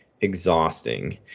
exhausting